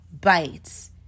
bites